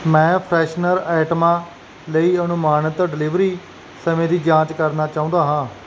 ਮੈਂ ਫਰੈਸ਼ਨਰ ਆਈਟਮਾਂ ਲਈ ਅਨੁਮਾਨਿਤ ਡਿਲੀਵਰੀ ਸਮੇਂ ਦੀ ਜਾਂਚ ਕਰਨਾ ਚਾਹੁੰਦਾ ਹਾਂ